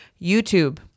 YouTube